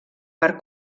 per